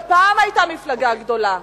שפעם היתה מפלגה גדולה,